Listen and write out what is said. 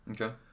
Okay